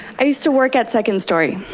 i used to work at second story.